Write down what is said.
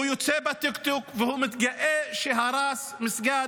יוצא בטיקטוק והוא מתגאה שהרס מסגד.